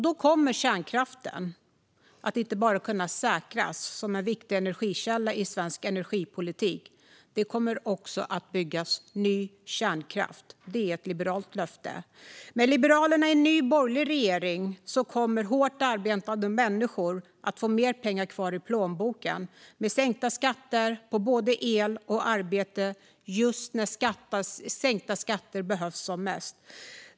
Då kommer kärnkraften att inte bara kunna säkerställas som en viktig energikälla i svensk energipolitik, utan det kommer också att byggas ny kärnkraft. Det är ett liberalt löfte. Med Liberalerna i en ny, borgerlig regering kommer hårt arbetande människor att få mer pengar kvar i plånboken genom sänkta skatter på både el och arbete just när sänkta skatter behövs som mest.